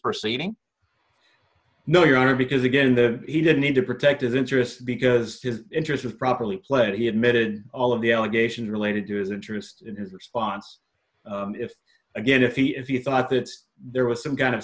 proceeding no your honor because again the he did need to protect of interest because his interest was properly played he admitted all of the allegations related to his interest in his response if again if he if he thought that there was some kind of